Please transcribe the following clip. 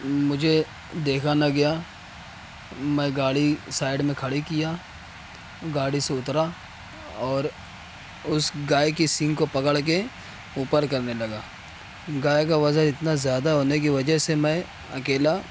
مجھے دیکھا نہ گیا میں گاڑی سائڈ میں کھڑی کیا گاڑی سے اترا اور اس گائے کی سنگھ کو پکڑ کے اوپر کرنے لگا گائے کا وزن اتنا زیادہ ہونے کی وجہ سے میں اکیلا